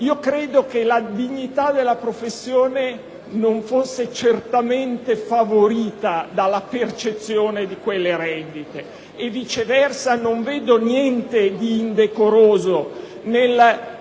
Credo che la dignità della professione non fosse certamente favorita dalla percezione di quelle rendite. Viceversa, non vedo niente di indecoroso nel